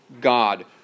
God